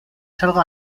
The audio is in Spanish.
salga